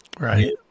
Right